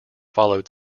followed